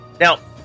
Now